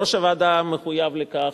יושב-ראש הוועדה מחויב לכך,